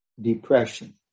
depression